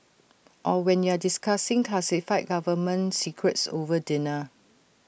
or when you're discussing classified government secrets over dinner